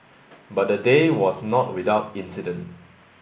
but the day was not without incident